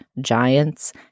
Giants